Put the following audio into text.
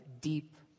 deep